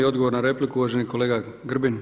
Odgovor na repliku uvaženi kolega Grbin.